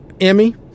Emmy